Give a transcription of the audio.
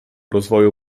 rozwoju